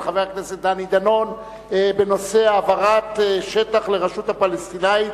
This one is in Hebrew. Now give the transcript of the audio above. של חבר הכנסת דני דנון בנושא: העברת שטח לרשות הפלסטינית,